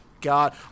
god